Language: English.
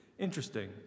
Interesting